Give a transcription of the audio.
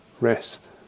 rest